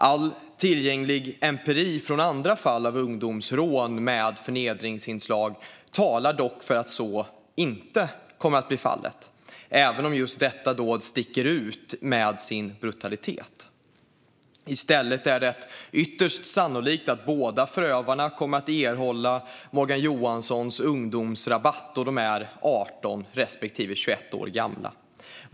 All tillgänglig empiri från andra fall av ungdomsrån med förnedringsinslag talar dock för att så inte kommer att bli fallet, även om just detta dåd sticker ut med sin brutalitet. I stället är det ytterst sannolikt att båda förövarna kommer att erhålla Morgan Johanssons ungdomsrabatt, då de är 18 respektive 21 år gamla.